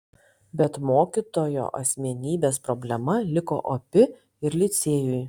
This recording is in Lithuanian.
bet mokytojo asmenybės problema liko opi ir licėjui